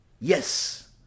Yes